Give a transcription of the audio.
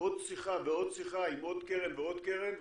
עוד שיחה ועוד שיחה עם עוד קרן ועוד קרן,